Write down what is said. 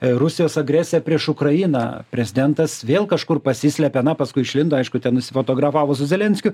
a rusijos agresija prieš ukrainą prezidentas vėl kažkur pasislėpė na paskui išlindo aišku ten nusifotografavo su zelenskiu